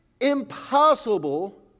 impossible